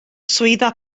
swyddfa